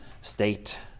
state